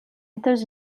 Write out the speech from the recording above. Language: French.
états